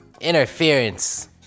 Interference